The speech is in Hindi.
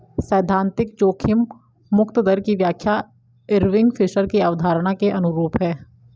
सैद्धांतिक जोखिम मुक्त दर की व्याख्या इरविंग फिशर की अवधारणा के अनुरूप है